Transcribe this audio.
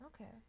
okay